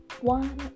one